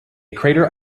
crater